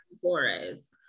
Flores